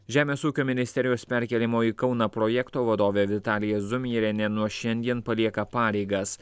žemės ūkio ministerijos perkėlimo į kauną projekto vadovė vitalija zumerienė nuo šiandien palieka pareigas